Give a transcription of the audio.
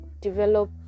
develop